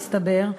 מסתבר,